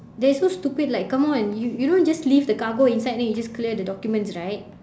they're so stupid like come on you you don't just leave the cargo inside then you just clear the documents right